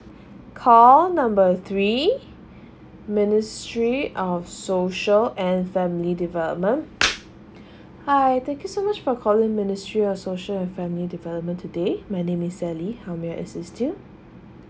call number three ministry of social and family development hi thank you so much for calling ministry of social and family development today my name is sally how may I assist you